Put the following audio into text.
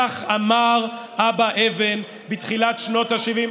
כך אמר אבא אבן בתחילת שנות השבעים.